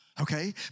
Okay